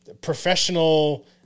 professional